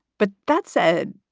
but that said,